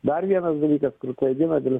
dar vienas dalykas kur klaidina dėl